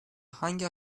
hangi